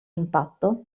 impatto